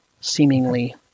seemingly